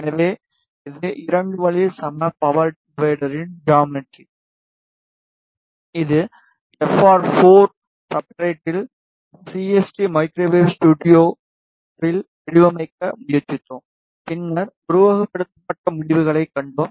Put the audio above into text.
எனவே இது 2 வழி சம பவர் டிவைடரின் ஜாமெட்ரி இது எஃப்ஆர் 4 சப்ஸ்ட்ரேட்டில் சிஎஸ்டி மைக்ரோவேவ் ஸ்டுடியோவில் வடிவமைக்க முயற்சித்தோம் பின்னர் உருவகப்படுத்தப்பட்ட முடிவுகளைக் கண்டோம்